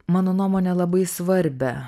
mano nuomone labai svarbią